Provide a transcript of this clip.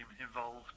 involved